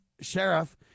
Sheriff